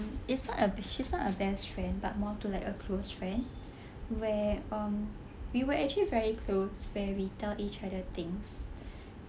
it's not a she's not a best friend but more to like a close friend we um we were actually very close when we tell each other things